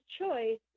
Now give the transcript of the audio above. choice